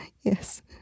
Yes